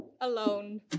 alone